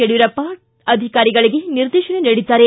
ಯಡಿಯೂರಪ್ಪ ಅಧಿಕಾರಿಗಳಿಗೆ ನಿರ್ದೇಶನ ನೀಡಿದ್ದಾರೆ